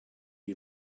you